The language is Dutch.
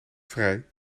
vrij